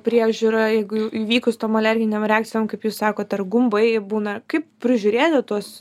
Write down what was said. priežiūrą jeigu įvykus tom alerginėms reakcijoms kaip jūs sakot ar gumbai būna kaip prižiūrėti tuos